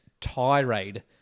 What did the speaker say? tirade